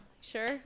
Sure